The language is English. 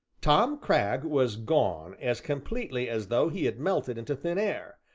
tom cragg was gone as completely as though he had melted into thin air,